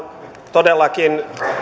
todellakin